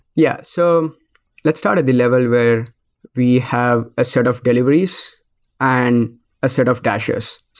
yeah. so let's start at the level where we have a sort of deliveries and a sort of dashers.